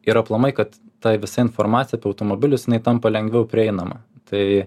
ir aplamai kad ta visa informacija apie automobilius jinai tampa lengviau prieinama tai